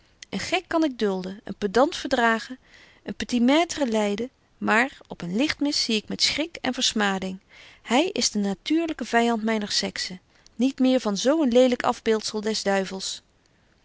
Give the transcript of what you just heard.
een gek kan ik dulden een pedant verdragen een petitmaitre lyden maar op een lichtmis zie ik met schrik en versmading hy is de natuurlyke vyand myner sexe niet meer van zo een lelyk afbeeldzel des duivels